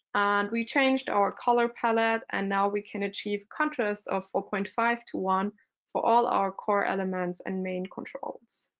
and we changed our color palette, and now we can achieve contrast of four point five to one for all our core elements and main controls.